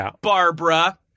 Barbara